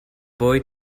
boy